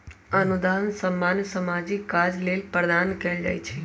अनुदान सामान्य सामाजिक काज लेल प्रदान कएल जाइ छइ